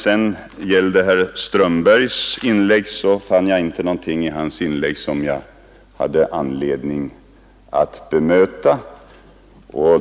I herr Strömbergs inlägg fann jag ingenting som jag har anledning att bemöta.